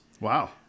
Wow